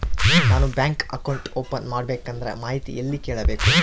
ನಾನು bank account open ಮಾಡಬೇಕಂದ್ರ ಮಾಹಿತಿ ಎಲ್ಲಿ ಕೇಳಬೇಕು?